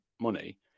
money